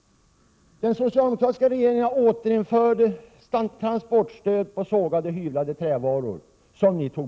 och hyvlade trävaror, vilket ni tog bort. Den socialdemokratiska regeringen Prot.